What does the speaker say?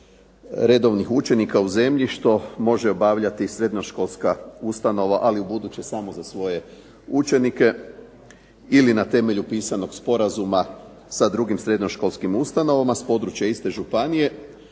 redovnih učenika u zemlji što može obavljati srednjoškolska ustanova, ali ubuduće samo za svoje učenike ili na temelju pisanog sporazuma sa drugim srednjoškolskim ustanovama s područja iste županije,